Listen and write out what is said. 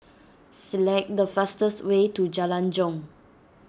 select the fastest way to Jalan Jong